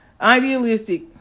idealistic